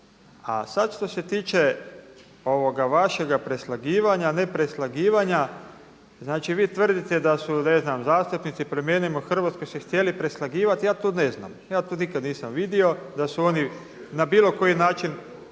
A sad što se tiče ovoga vašega preslagivanja, nepreslagivanja, znači vi tvrdite da su, ne znam zastupnici promijenimo Hrvatsku se htjeli preslagivat. Ja to ne znam. Ja to nikad nisam vidio da su oni na bilo koji način